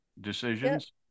decisions